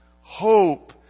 hope